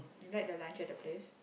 you like the lunch at the place